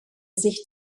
sich